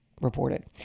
reported